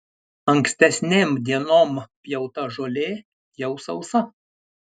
ankstesnėm dienom pjauta žolė jau sausa